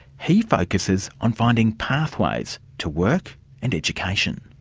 he focuses on finding pathways to work and education.